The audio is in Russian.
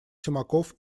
симаков